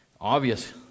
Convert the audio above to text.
obvious